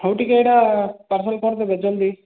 ହଉ ଟିକିଏ ଏଇଟା ପାର୍ସଲ କରିଦେବେ ଜଲ୍ଦି